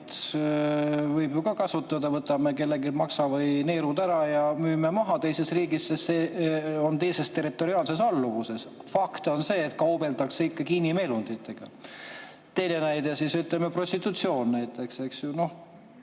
võib ju ka kasutada. Võtame kelleltki maksa või neerud ära ja müüme maha teises riigis, sest see on teises territoriaalses alluvuses. Fakt on see, et kaubeldakse ikkagi inimelunditega. Teine näide, prostitutsioon, eks ju.